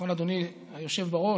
אדוני היושב-ראש,